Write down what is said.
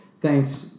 thanks